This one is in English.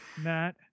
Matt